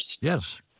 Yes